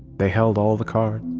they held all the cards.